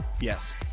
Yes